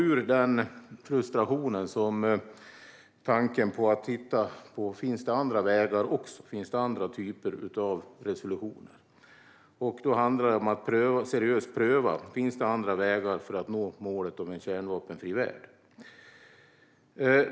Ur denna frustration har tanken att se om det finns andra vägar och andra typer av resolutioner vuxit fram. Det handlar om att seriöst pröva om det finns andra vägar för att nå målet om en kärnvapenfri värld.